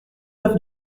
neuf